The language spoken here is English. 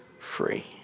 free